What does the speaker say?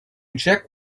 check